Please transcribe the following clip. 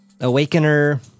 awakener